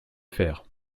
faire